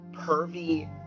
pervy